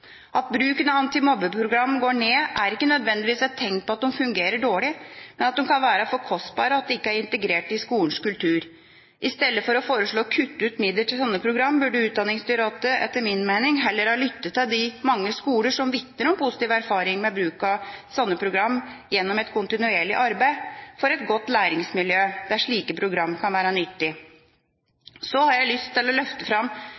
At bruken av antimobbeprogram går ned, er ikke nødvendigvis et tegn på at de fungerer dårlig, men at de kan være for kostbare og at de ikke er integrert i skolens kultur. I stedet for å foreslå å kutte ut midler til slike program burde Utdanningsdirektoratet etter min mening heller ha lyttet til de mange skoler som vitner om positive erfaringer med bruk av slike program gjennom et kontinuerlig arbeid for et godt læringsmiljø der slike program kan være nyttige. Så har jeg lyst til å løfte fram